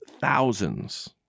thousands